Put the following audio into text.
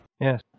Yes